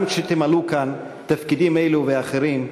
גם כשתמלאו כאן תפקידים אלו ואחרים,